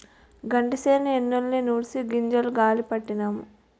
గంటిసేను ఎన్నుల్ని నూరిసి గింజలు గాలీ పట్టినాము